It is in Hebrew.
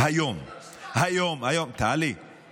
אני תמיד מקשיבה לך, מאיר.